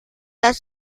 das